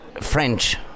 French